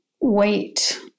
wait